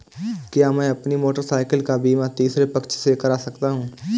क्या मैं अपनी मोटरसाइकिल का बीमा तीसरे पक्ष से करा सकता हूँ?